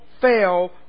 fail